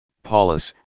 Paulus